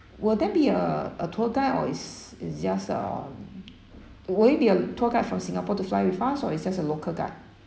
will there be a a tour guide or it's it's just um will it be a tour guide from singapore to fly with us or it's just a local guide